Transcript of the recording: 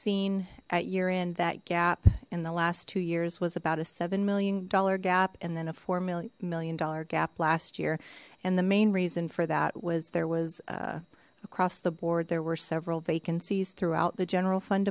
seen at year end that gap in the last two years was about a seven million dollar gap and then a four million million dollar gap last year and the main reason for that was there was a across the board there were several vacancies throughout the general fund